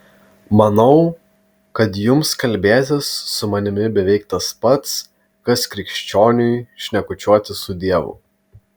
manau kad jums kalbėtis su manimi beveik tas pats kas krikščioniui šnekučiuotis su dievu